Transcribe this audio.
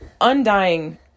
undying